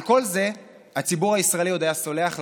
על כל זה הציבור הישראלי עוד היה סולח לכם,